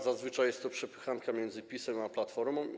Zazwyczaj jest to przepychanka między PiS-em a Platformą.